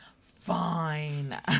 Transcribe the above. Fine